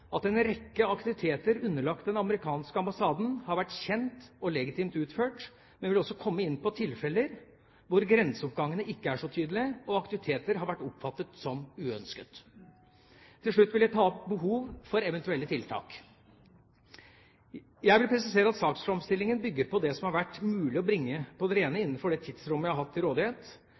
at en rekke aktiviteter underlagt den amerikanske ambassaden har vært kjent og legitimt utført, men jeg vil også komme inn på tilfeller hvor grenseoppgangene ikke har vært så tydelige og aktiviteter har vært oppfattet som uønsket. Til slutt vil jeg ta opp behovet for eventuelle tiltak. Jeg vil presisere at saksframstillingen bygger på det som det har vært mulig å bringe på det rene innenfor det tidsrommet jeg har hatt til rådighet.